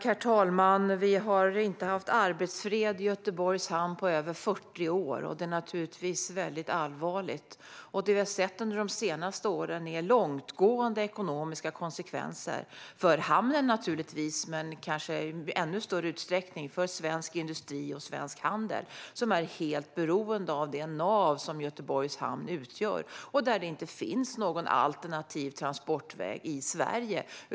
Herr talman! Vi har inte haft arbetsfred i Göteborgs hamn på över 40 år, och detta är naturligtvis väldigt allvarligt. Det vi har sett under de senaste åren är långtgående ekonomiska konsekvenser. Detta gäller naturligtvis för hamnen men kanske i ännu större utsträckning för svensk industri och svensk handel, som är helt beroende av det nav som Göteborgs hamn utgör. Det finns inte heller någon alternativ transportväg i Sverige.